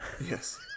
Yes